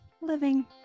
living